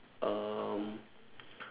um